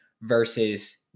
versus